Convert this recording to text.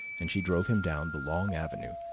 and she drove him down the long avenue,